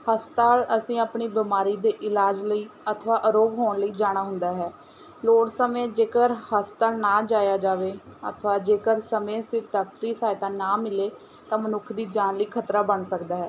ਹਸਪਤਾਲ ਅਸੀਂ ਆਪਣੀ ਬਿਮਾਰੀ ਦੇ ਇਲਾਜ ਲਈ ਅਥਵਾ ਅਰੋਗ ਹੋਣ ਲਈ ਜਾਣਾ ਹੁੰਦਾ ਹੈ ਲੋੜ ਸਮੇਂ ਜੇਕਰ ਹਸਪਤਾਲ ਨਾ ਜਾਇਆ ਜਾਵੇ ਅਥਵਾ ਜੇਕਰ ਸਮੇਂ ਸਿਰ ਡਾਕਟਰੀ ਸਹਾਇਤਾ ਨਾ ਮਿਲੇ ਤਾਂ ਮਨੁੱਖ ਦੀ ਜਾਨ ਲਈ ਖਤਰਾ ਬਣ ਸਕਦਾ ਹੈ